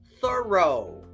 thorough